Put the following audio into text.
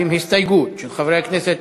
הסתייגות של חברי הכנסת